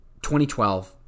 2012